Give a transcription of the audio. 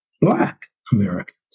black-Americans